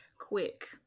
Quick